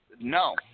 No